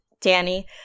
danny